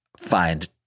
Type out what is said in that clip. find